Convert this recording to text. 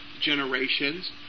generations